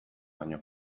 baino